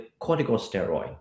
corticosteroid